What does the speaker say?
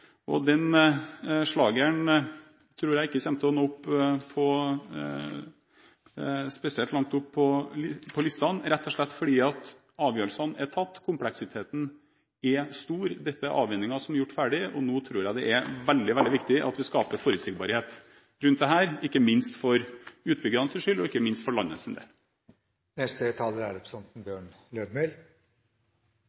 Den slageren tror jeg ikke kommer til å nå spesielt langt opp på listene, rett og slett fordi avgjørelsene er tatt, kompleksiteten er stor. Dette er avveininger som er gjort ferdige, og nå tror jeg det er veldig, veldig viktig at vi skaper forutsigbarhet rundt dette, ikke minst for utbyggernes skyld og for landet sin del. Representantane Ropstad og Siri Meling har gjeve ei god grunngjeving for